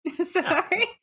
Sorry